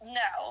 no